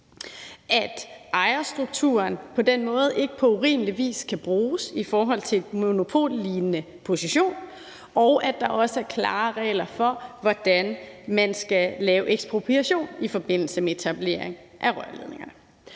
at ejerstrukturen på den måde ikke på urimelig vis kan bruges i forhold til en monopollignende position, og at der også er klare regler for, hvordan man skal lave ekspropriation i forbindelse med etablering af rørledningerne.